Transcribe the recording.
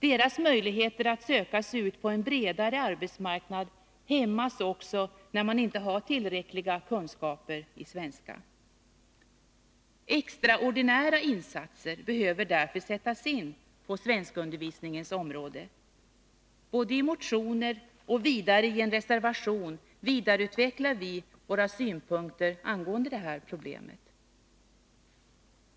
Dessa människors möjligheter att söka sig ut på en bredare arbetsmarknad hämmas också när de inte har tillräckliga kunskaper i svenska. Extraordinära insatser behöver därför sättas in på svenskundervisningens område. Både i motionen och i en reservation vidareutvecklar vi våra synpunkter angående det problemet.